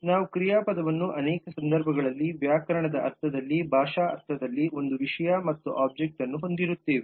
ನಾವು ಕ್ರಿಯಾಪದವನ್ನು ಅನೇಕ ಸಂದರ್ಭಗಳಲ್ಲಿ ವ್ಯಾಕರಣದ ಅರ್ಥದಲ್ಲಿ ಭಾಷಾ ಅರ್ಥದಲ್ಲಿ ಒಂದು ವಿಷಯ ಮತ್ತು ಒಬ್ಜೆಕ್ಟ್ನ್ನು ಹೊಂದಿರುತ್ತೇವೆ